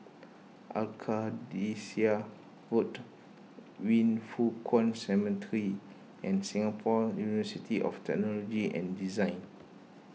Arcadia Road Yin Foh Kuan Cemetery and Singapore University of Technology and Design